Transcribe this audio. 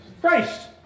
Christ